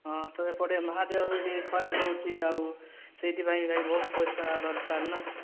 ହଁ ତ ଏପଟେ ମାଁ ଦେହ ବି ଟିକେ ଖରାପ ରହୁଛି ଆଉ ସେଥିପାଇଁ ଭାଇ ବହୁତ ପଇସା ଦରକାର ନା